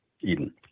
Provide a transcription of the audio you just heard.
Eden